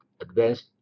advanced